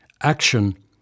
action